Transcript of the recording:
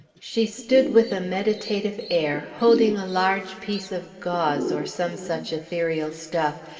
she stood with a meditative air, holding a large piece of gauze, or some such ethereal stuff,